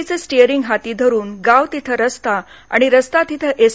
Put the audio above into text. चे स्टिअरिंग हाती धरून गाव तिथं रस्ता आणि रस्ता तिथं एस